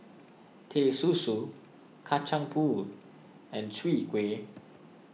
Teh Susu Kacang Pool and Chwee Kueh